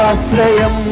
sale